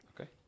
Okay